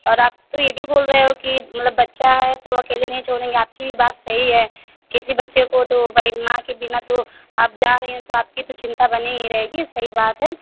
और आप तो ये भी बोल रहे हो कि मतलब बच्चा है तो अकेले नहीं छोड़ेंगे आपकी भी बात सही हैं किसी बच्चे को तो भाई माँ के बिना तो आप जा रही हैं सो आपकी तो चिंता बनी ही रहेगी सही बात है